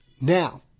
now